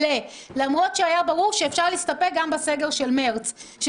למרות שהיה ברור שאפשר להסתפק גם בסגר של מרץ.